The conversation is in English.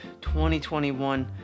2021